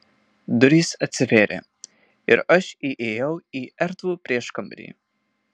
durys atsivėrė ir aš įėjau į erdvų prieškambarį